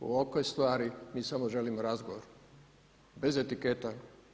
U ovakvoj stvari mi samo želimo razgovor bez etiketa.